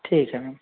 ठीक है मैम